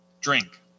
drink